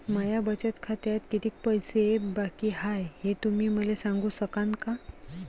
माया बचत खात्यात कितीक पैसे बाकी हाय, हे तुम्ही मले सांगू सकानं का?